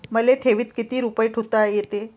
मले ठेवीत किती रुपये ठुता येते?